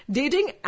dating